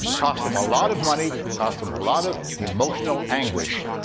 costs them a lot of money, cost them a lot of emotional anguish.